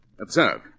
observe